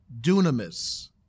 dunamis